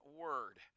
word